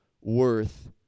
worth